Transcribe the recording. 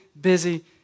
busy